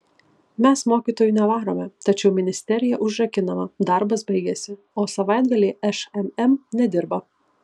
mes mokytojų nevarome tačiau ministerija užrakinama darbas baigėsi o savaitgalį šmm nedirba